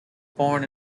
born